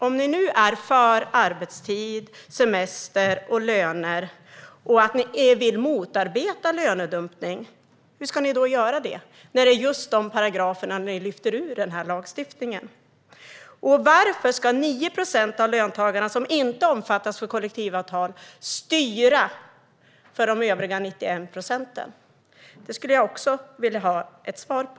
Om ni nu är för arbetstid, semester och löner och om ni vill motarbeta lönedumpning, hur ska ni då göra det när ni vill lyfta bort just de paragraferna ur lagstiftningen? Varför ska de 9 procent av löntagarna som inte omfattas av kollektivavtal styra för övriga 91 procent? Det skulle jag också vilja ha ett svar på.